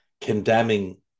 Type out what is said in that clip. condemning